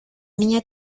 niña